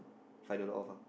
five dollar off ah